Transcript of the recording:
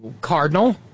Cardinal